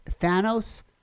Thanos